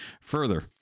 further